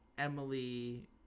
emily